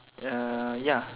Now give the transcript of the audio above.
ya